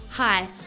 Hi